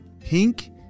pink